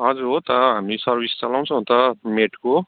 हजुर हो त हामी सर्भिस चलाउँछौँ त मेडको